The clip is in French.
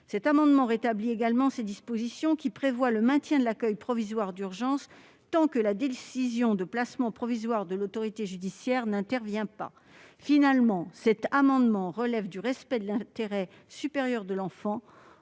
Cet amendement tend également à rétablir les dispositions qui prévoient le maintien de l'accueil provisoire d'urgence tant que la décision de placement provisoire de l'autorité judiciaire n'intervient pas. Finalement, cet amendement relève du respect de l'intérêt supérieur de l'enfant,